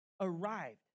arrived